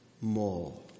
more